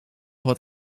wat